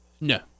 No